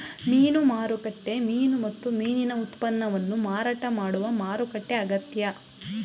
ಮೀನು ಮಾರುಕಟ್ಟೆ ಮೀನು ಮತ್ತು ಮೀನಿನ ಉತ್ಪನ್ನವನ್ನು ಮಾರಾಟ ಮಾಡುವ ಮಾರುಕಟ್ಟೆ ಆಗೈತೆ